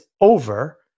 over